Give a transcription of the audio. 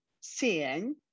seeing